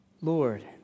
Lord